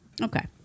Okay